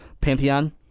Pantheon